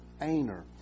Aner